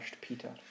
Peter